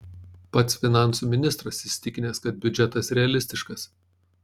pats finansų ministras įsitikinęs kad biudžetas realistiškas